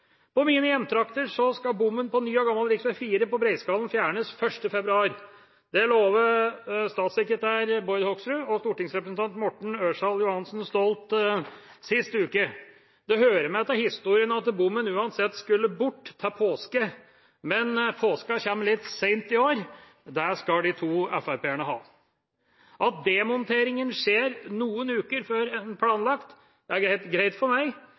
På mine hjemtrakter skal bommen på ny og gammel rv. 4 ved Breiskallen fjernes 1. februar. Det lovte statssekretær Bård Hoksrud og stortingsrepresentant Morten Ørsal Johansen stolt sist uke. Det hører med til historien at bommen uansett skulle bort til påske. Men påsken kommer litt sent i år – det skal de to fra Fremskrittspartiet ha. At demonteringen skjer noen uker tidligere enn planlagt, er greit for meg,